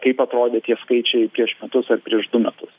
kaip atrodė tie skaičiai prieš metus ar prieš du metus